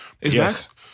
Yes